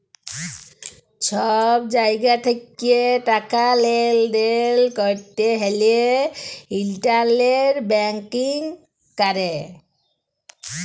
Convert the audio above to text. ছব জায়গা থ্যাকে টাকা লেলদেল ক্যরতে হ্যলে ইলটারলেট ব্যাংকিং ক্যরে